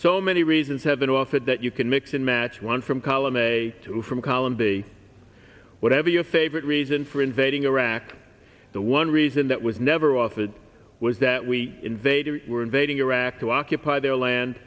so many reasons have been offered that you can mix and match one from column a two from column b whatever your favorite reason for invading iraq the one reason that was never offered was that we invaded invading iraq to occupy their land